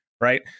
right